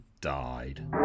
died